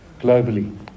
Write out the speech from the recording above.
globally